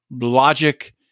logic